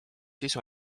sisu